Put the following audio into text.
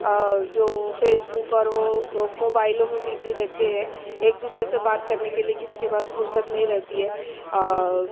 جو Facebook اور وہ موبائلوں میں بزی رہتے ہیں ایک دوسرے سے بات کرنے کے لیے کسی کے پاس فرصت نہیں رہتی ہے